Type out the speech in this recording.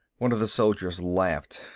one of the soldiers laughed.